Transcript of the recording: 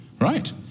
Right